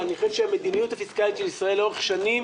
אבל אני חושב שהמדיניות הפיסקלית של ישראל לאורך שנים